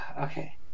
Okay